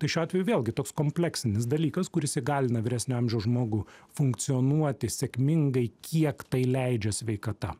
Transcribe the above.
tai šiuo atveju vėlgi toks kompleksinis dalykas kuris įgalina vyresnio amžiaus žmogų funkcionuoti sėkmingai kiek tai leidžia sveikata